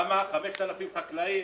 כי 5,000 חקלאים